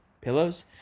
pillows